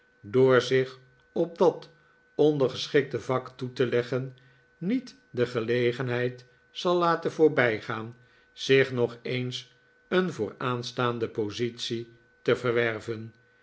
door zich op dat ondergeschikte vak toe te leggen niet de gelegenheid zal laten voorbijgaan zich nog eens een vooraa'nstaande positie te verwerven